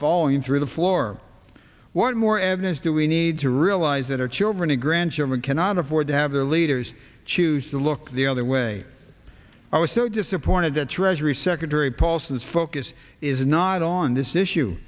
falling through the floor what more evidence do we need to realize that our children and grandchildren cannot afford to have their leaders choose to look the other way i was so disappointed that treasury secretary paulson's focus is not on this issue